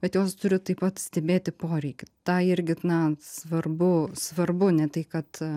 bet jos turi taip pat stebėti poreikį tą irgi na svarbu svarbu ne tai kad